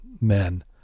men